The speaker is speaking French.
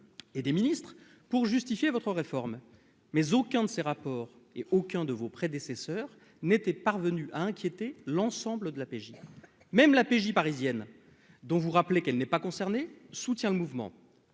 et des ministres pour justifier votre réforme. Mais aucun de ces rapports ni aucun de vos prédécesseurs n'était parvenu à inquiéter l'ensemble de la PJ. Même la PJ parisienne, dont vous rappelez qu'elle n'est pas concernée, soutient le mouvement.